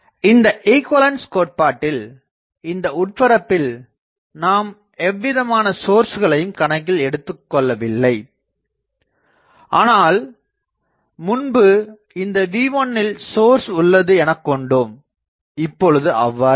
இந்த ஈகுவலன்ஸ் கோட்பாட்டில் இந்த உட்பரப்பில் நாம் எவ்விதமான சோர்ஸ்களையும் கணக்கில் எடுத்துக்கொள்ளவில்லை ஆனால் முன்பு இந்த V1 ல் சோர்ஸ் உள்ளது எனக்கொண்டோம் இப்போது அவ்வாறு இல்லை